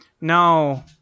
No